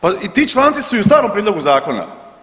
Pa ti članci su i u starom prijedlogu zakona.